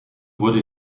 wurde